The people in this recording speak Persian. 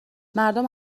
مردم